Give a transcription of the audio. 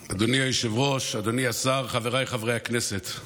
היושב-ראש, אדוני השר, חבריי חברי הכנסת,